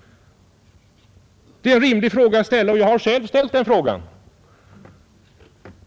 Det är en rimlig fråga att ställa, och jag har själv ställt den.